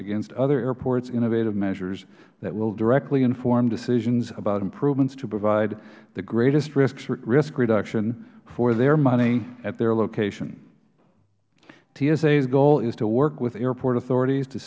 against other airports innovative measures that will directly inform decisions about improvements to provide the greatest risk reduction for their money at their location tsa's goal is to work with airport authorities to